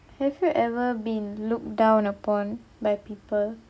have you ever been looked down upon by people